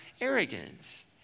arrogance